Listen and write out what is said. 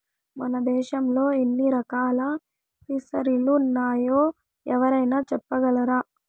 మన దేశంలో ఎన్ని రకాల ఫిసరీలున్నాయో ఎవరైనా చెప్పగలరా